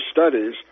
studies